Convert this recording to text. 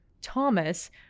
Thomas